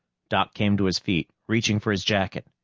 doc came to his feet, reaching for his jacket.